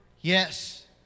Yes